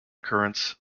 currents